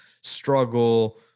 struggle